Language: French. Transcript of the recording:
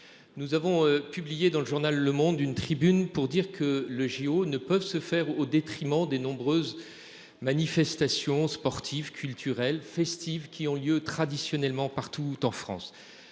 nous avons publié dans le journal Le Monde une tribune pour dire que le JO ne peuvent se faire au détriment des nombreuses. Manifestations sportives, culturelles, festives qui ont lieu traditionnellement partout en France.